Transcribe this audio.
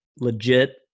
Legit